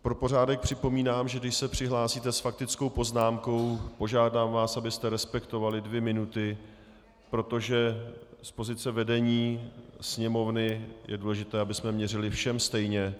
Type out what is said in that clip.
Pro pořádek připomínám, že když se přihlásíte s faktickou poznámkou, požádám vás, abyste respektovali dvě minuty, protože z pozice vedení Sněmovny je důležité, abychom měřili všem stejně.